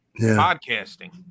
podcasting